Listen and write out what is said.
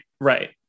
right